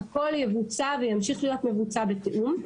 הכל יבוצע וימשיך להיות מבוצע בתיאום.